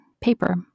paper